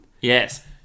Yes